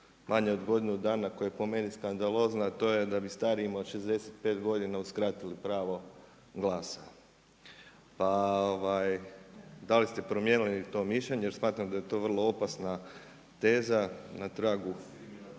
manje od godinu dana koja je po meni skandalozna, a to je da bi starijima od 65 godina uskratili pravo glasa. Pa da li ste promijenili to mišljenje, jer smatram da je to vrlo opasna teza na tragu